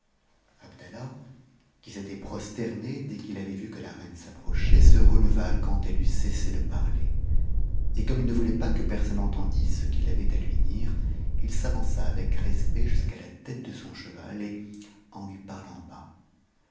abdallah qui s'était prosterné dès qu'il avait vu que la reine s'approchait se releva quand elle eut cessé de parler et comme il no voulait p s que personne entendît ce qu'il avait à lui dire il s'avança avec res ct jusqu'à la tête de son cheval et en lui parlant bas